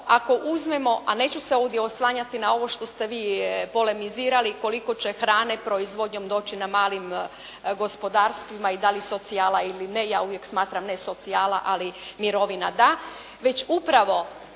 ako uzmemo, a neću se ovdje oslanjati na ovo što ste vi polemizirali koliko će hrane proizvodnjom doći malim gospodarstvima i da li socijala ili ne, ja uvijek smatram ne socijala, ali mirovina da, već upravo